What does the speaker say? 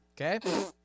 Okay